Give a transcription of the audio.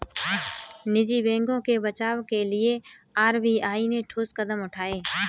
निजी बैंकों के बचाव के लिए आर.बी.आई ने ठोस कदम उठाए